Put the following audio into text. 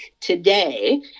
today